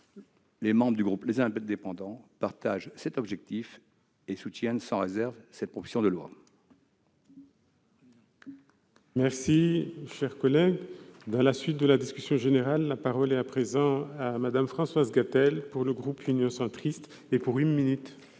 Les membres du groupe Les Indépendants partagent cet objectif et soutiennent sans réserve cette démarche.